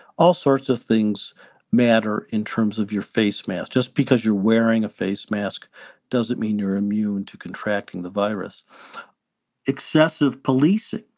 all sorts of things matter in terms of your face mask. just because you're wearing a face mask doesn't mean you're immune to contracting the virus excessive policing,